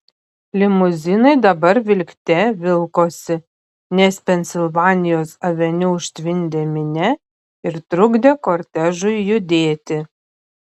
limuzinai dabar vilkte vilkosi nes pensilvanijos aveniu užtvindė minia ir trukdė kortežui judėti